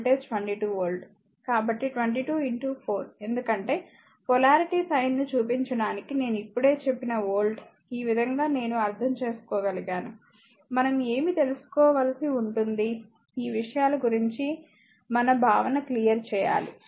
కాబట్టి 22 4 ఎందుకంటే polarity sign ని చూపించడానికి నేను ఇప్పుడే చెప్పిన వోల్ట్ ఈ విధంగా నేను అర్థం చేసుకోగలిగాను మనం ఏమి తెలుసుకోవలసి ఉంటుంది ఈ విషయాల గురించి మన భావనను క్లియర్ చేయాలి